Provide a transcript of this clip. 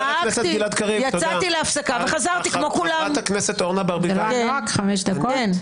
הנוהג בכנסת שלא קוצבים זמן אחרי חמש דקות.